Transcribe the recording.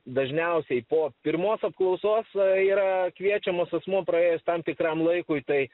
dažniausiai po pirmos apklausos yra kviečiamas asmuo praėjus tam tikram laikui tai